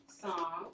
song